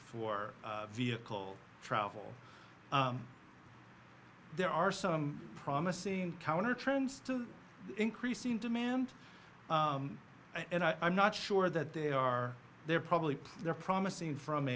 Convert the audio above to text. for vehicle travel there are some promising counter trends to increase in demand and i'm not sure that they are they're probably they're promising from